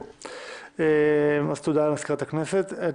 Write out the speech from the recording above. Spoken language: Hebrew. תודה, מזכירת הכנסת.